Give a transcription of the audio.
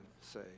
say